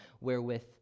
wherewith